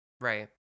Right